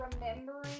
remembering